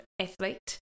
athlete